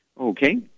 Okay